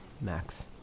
Max